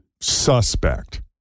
suspect